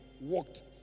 walked